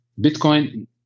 Bitcoin